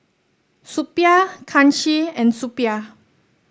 Suppiah Kanshi and Suppiah